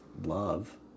love